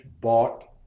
bought